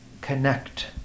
connect